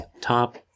top